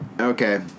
Okay